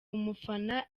umufana